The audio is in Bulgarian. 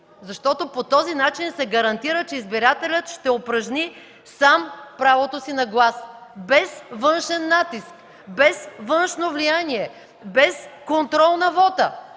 Защото по този начин се гарантира, че избирателят ще упражни сам правото си на глас, без външен натиск, без външно влияние, без контрол на вота!